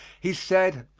he said,